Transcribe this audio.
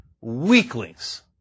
weaklings